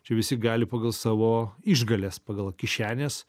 čia visi gali pagal savo išgales pagal kišenės